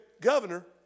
Governor